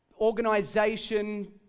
organization